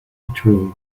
patrol